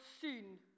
seen